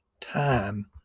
time